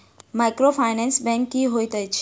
Microfinance bank की होइत अछि?